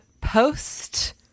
post